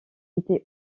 était